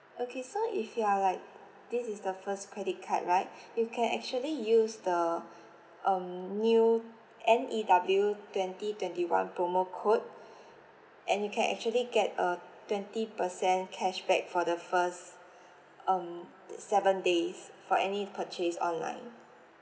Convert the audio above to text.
okay so if you are like this is the first credit card right you can actually use the um new N E W twenty twenty one promo code and you can actually get a twenty percent cashback for the first um seven days for any purchase online